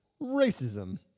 racism